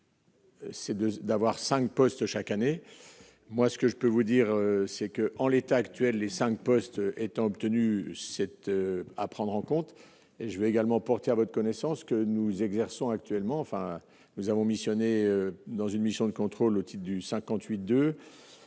C'est de d'avoir 5 postes chaque année, moi ce que je peux vous dire c'est que, en l'état actuel, les 5 postes étant obtenu cette à prendre en compte et je vais également porter à votre connaissance que nous exerçons actuellement, enfin nous avons missionné dans une mission de contrôle le type du 58 2